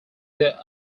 their